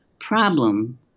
problem